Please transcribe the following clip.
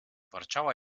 warczała